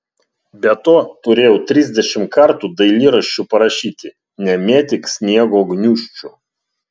be to turėjau trisdešimt kartų dailyraščiu parašyti nemėtyk sniego gniūžčių